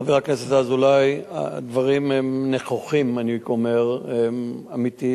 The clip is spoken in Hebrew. חבר הכנסת אזולאי, הדברים נכוחים ואמיתיים.